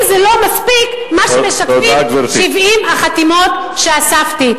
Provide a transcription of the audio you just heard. אם זה לא מספיק מה שמשקפות 70 החתימות שאספתי.